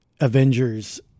Avengers